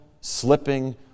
slipping